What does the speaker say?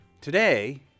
Today